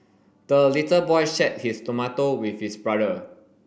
the little boy shared his tomato with his brother